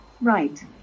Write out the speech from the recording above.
right